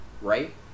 right